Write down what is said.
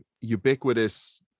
ubiquitous